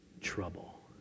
trouble